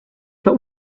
but